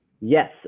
Yes